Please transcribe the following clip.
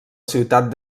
ciutat